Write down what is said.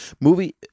Movie